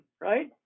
right